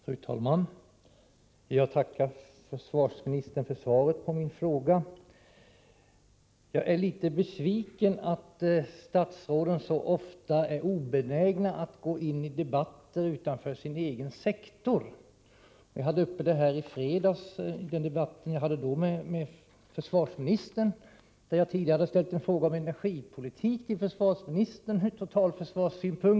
Fru talman! Jag tackar försvarsministern för svaret på min fråga. Jag är litet besviken över att statsråden så ofta är obenägna att gå in i debatter utanför sin egen sektor. Jag hade uppe detta i fredags, i den debatt som jag hade då med försvarsministern. Jag hade tidigare ställt en fråga om bollade försvarsministern över till energiministern.